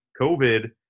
covid